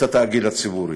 את התאגיד הציבורי.